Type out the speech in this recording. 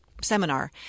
seminar